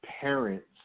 parents